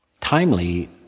timely